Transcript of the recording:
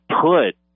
put